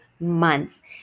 months